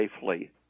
safely